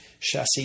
chassis